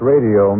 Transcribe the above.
Radio